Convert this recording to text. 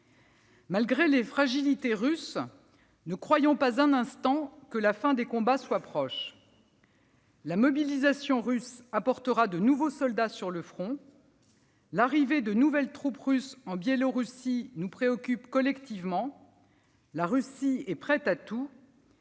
Malgré les fragilités russes, ne croyons pas un instant que la fin des combats soit proche. La mobilisation russe apportera de nouveaux soldats sur le front. L'arrivée de nouvelles troupes russes en Biélorussie nous préoccupe collectivement. La Russie est prête à tout.